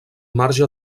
marge